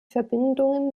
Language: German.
verbindungen